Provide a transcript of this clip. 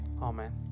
Amen